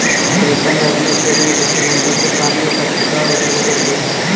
प्रीतम ने अपने खेत में स्प्रिंकलर से पानी का छिड़काव शुरू कर दिया है